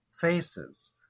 faces